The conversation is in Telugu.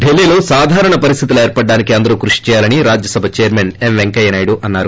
డిల్లీలో సాధారణ పరిస్దితులు ఏర్పడటానికి అందరూ కృషి చేయాలని రాజ్యసభ చైర్మన్ వెంకయ్యనాయుడు అన్నారు